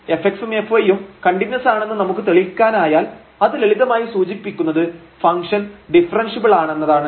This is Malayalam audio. fx ഉം fy യും കണ്ടിന്യൂസ് ആണെന്ന് നമുക്ക് തെളിയിക്കാനായാൽ അത് ലളിതമായി സൂചിപ്പിക്കുന്നത് ഫംഗ്ഷൻഡിഫറെൻഷ്യബിൾ ആണെന്നാണ്